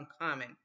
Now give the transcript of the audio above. uncommon